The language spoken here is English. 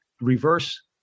reverse